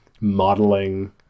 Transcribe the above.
modeling